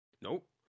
Nope